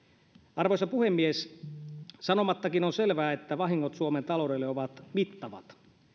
arvoisa puhemies sanomattakin on selvää että vahingot suomen taloudelle ovat mittavat